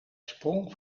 sprong